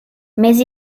mais